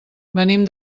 venim